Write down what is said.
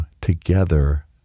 together